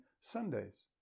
Sundays